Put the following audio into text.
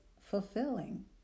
fulfilling